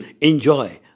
enjoy